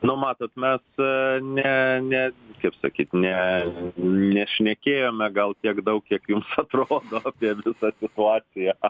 nu matot mes ne ne kaip sakyti ne nešnekėjome gal tiek daug kiek jums atrodo apie visą situaciją